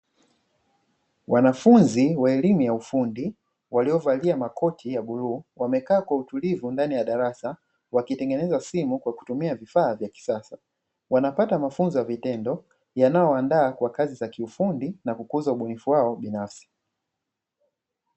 Wanafunzi wa elimu ya ufundi, waliovalia makoti ya bluu, wamekaa kwa utulivu ndani ya darasa, wakitengeneza simu kwa kutumia vifaa vya kisasa. Wanapata mafunzo ya vitendo, yanayowaandaa kwa kazi za kiufundi na kukuza ubunifu wao binafsi.